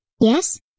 Yes